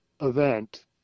event